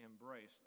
embraced